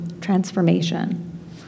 transformation